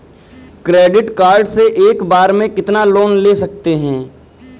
Credit card से एक बार में कितना लोन ले सकते हैं?